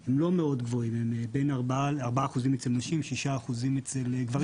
הם לא מאוד גבוהים, זה 4% אצל נשים, 6% אצל גברים.